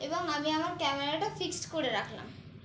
এবং আমি আমার ক্যামেরাটা ফিক্সড করে রাখলাম